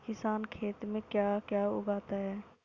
किसान खेत में क्या क्या उगाता है?